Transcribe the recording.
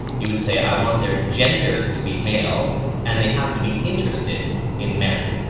you would say i want their gender to be male and they have to be interested in men.